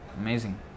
Amazing